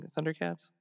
thundercats